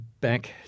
back